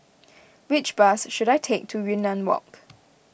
which bus should I take to Yunnan Walk